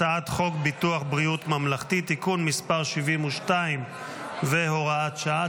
הצעת חוק ביטוח בריאות ממלכתי (תיקון מס' 72 והוראת שעה),